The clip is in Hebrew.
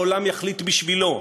העולם יחליט בשבילו,